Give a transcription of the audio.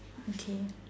okay